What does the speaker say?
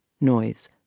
noise